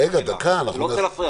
אני לא רוצה להפריע,